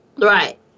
Right